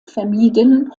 vermieden